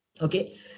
Okay